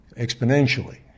exponentially